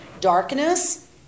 darkness